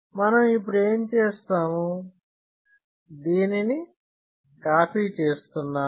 మనం ఇప్పుడు ఏం చేసాము దీనిని కాపీ చేస్తున్నాను